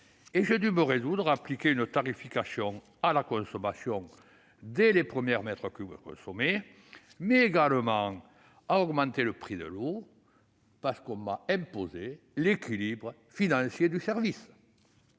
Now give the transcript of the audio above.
j'ai dû me résoudre à appliquer une tarification à la consommation dès les premiers mètres cubes, mais également à augmenter le prix de l'eau, car on m'a imposé l'équilibre financier du service.